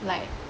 like